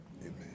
Amen